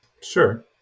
sure